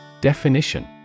Definition